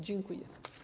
Dziękuję.